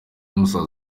musaza